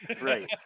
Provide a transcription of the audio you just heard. right